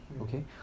Okay